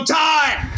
time